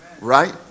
Right